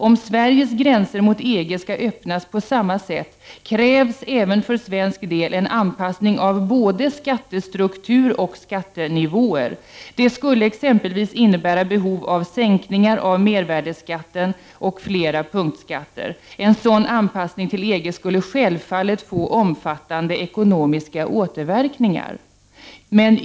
Om Sveriges gränser mot EG skall öppnas på samma sätt, krävs även för svensk del en anpassning av både skattestruktur och skattenivåer. Det skulle exempelvis innebära behov av sänkningar av mervärdeskatten och flera punktskatter. En sådan anpassning till EG skulle självfallet få omfattande ekonomiska återverkningar ——-—.